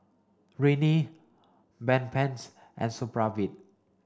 Rene Bedpans and Supravit